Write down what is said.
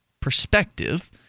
perspective